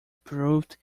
proved